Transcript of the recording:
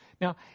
Now